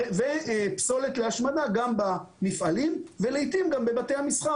ופסולת להשמדה גם במפעלים, לעיתים גם בבתי המסחר